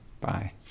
bye